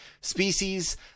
species